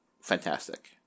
fantastic